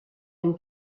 une